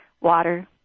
water